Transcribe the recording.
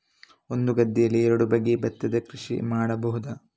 ಒಂದು ಗದ್ದೆಯಲ್ಲಿ ಎರಡು ಬಗೆಯ ಭತ್ತದ ಕೃಷಿ ಮಾಡಬಹುದಾ?